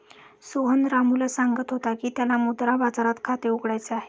सोहन रामूला सांगत होता की त्याला मुद्रा बाजारात खाते उघडायचे आहे